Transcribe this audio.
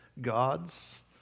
gods